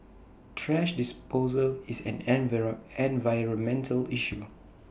thrash disposal is an environmental issue